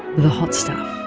the hot stuff,